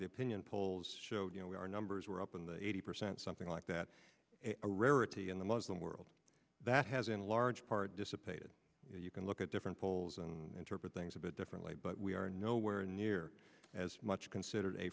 the opinion polls showed you know our numbers were up in the eighty percent something like that a rarity in the muslim world that has in large part dissipated you can look at different polls and interpret things a bit differently but we are nowhere near as much considered a